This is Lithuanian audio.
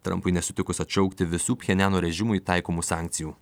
trumpui nesutikus atšaukti visų pchenjano režimui taikomų sankcijų